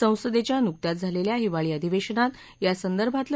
संसदेच्या नुकत्याच झालेल्या हिवाळी अधिवेशनात यासंदर्भातलं